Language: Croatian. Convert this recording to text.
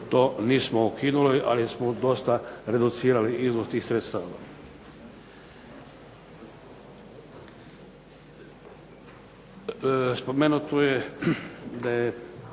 to nismo ukinuli, ali smo dosta reducirali iznos tih sredstava. Spomenuto je da je